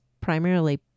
primarily